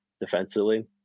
defensively